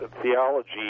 theology